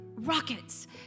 Rockets